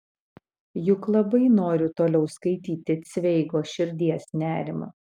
juk labai noriu toliau skaityti cveigo širdies nerimą